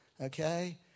okay